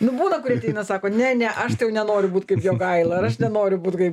nu būna kurie ateina sako ne ne aš tai jau nenoriu būt kaip jogaila ar aš nenoriu būt kaip